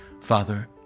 Father